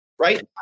right